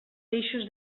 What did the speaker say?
eixos